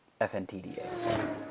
FNTDA